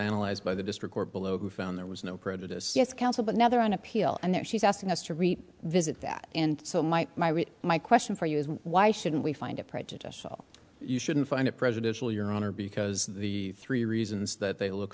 analyzed by the district court below who found there was no prejudice yes counsel but now they're on appeal and they're she's asking us to reap visit that and so might my right my question for you is why shouldn't we find it prejudicial you shouldn't find it prejudicial your honor because the three reasons that they look